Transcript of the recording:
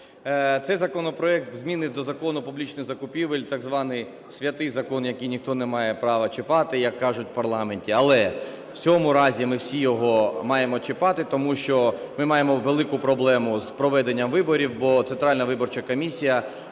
Цей законопроект, зміни до Закону публічних закупівель, так званий "святий" закон, який ніхто не має права чіпати, як кажуть у парламенті. Але в цьому разі ми всі його маємо чіпати, тому що ми маємо велику проблему з проведенням виборів, бо Центральна виборча комісія,